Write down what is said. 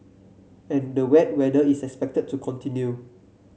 and the wet weather is expected to continue